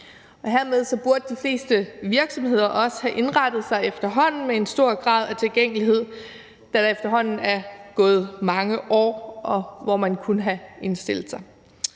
Hermed burde de fleste virksomheder også have indrettet sig med en høj grad af tilgængelighed, da der efterhånden er gået mange år, hvor man kunne have indstillet sig